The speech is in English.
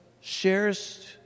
shares